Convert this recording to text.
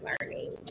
learning